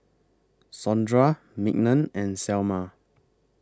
Sondra Mignon and Selma